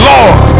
Lord